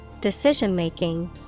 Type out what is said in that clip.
decision-making